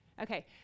Okay